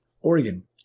Oregon